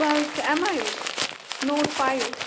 سُہ حظ چھِ ایم آئی یُک نوٹ فایِو